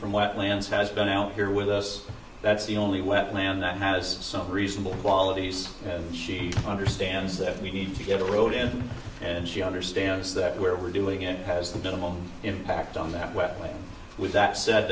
from wetlands has been out here with us that's the only wetland that has some reasonable qualities she understands that we need to get a road in and she understands that where we're doing it has the minimal impact on that well with that said